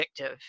addictive